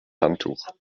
handtuch